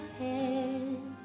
head